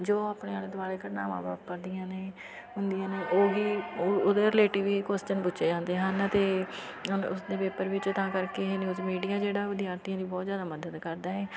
ਜੋ ਆਪਣੇ ਆਲੇ ਦੁਆਲੇ ਘਟਨਾਵਾਂ ਵਾਪਰਦੀਆਂ ਨੇ ਹੁੰਦੀਆਂ ਨੇ ਉਹ ਵੀ ਉ ਉਹਦੇ ਰਿਲੇਟਿਵ ਵੀ ਕੌਸਚਨ ਪੁੱਛੇ ਜਾਂਦੇ ਹਨ ਅਤੇ ਉਸਦੇ ਪੇਪਰ ਵਿੱਚ ਤਾਂ ਕਰਕੇ ਇਹ ਨਿਊਜ਼ ਮੀਡੀਆ ਜਿਹੜਾ ਵਿਦਿਆਰਥੀਆਂ ਦੀ ਬਹੁਤ ਜ਼ਿਆਦਾ ਮਦਦ ਕਰਦਾ ਹੈ